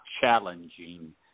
challenging